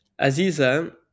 Aziza